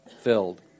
filled